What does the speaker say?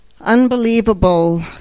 unbelievable